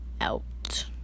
out